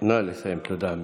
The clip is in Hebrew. תודה.